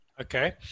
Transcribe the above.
Okay